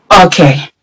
Okay